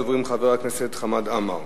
ראשון הדוברים, חבר הכנסת חמד עמאר.